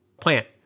Plant